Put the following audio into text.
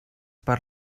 per